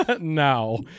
Now